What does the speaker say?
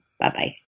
bye-bye